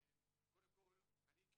קודם כל אני,